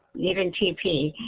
even tp,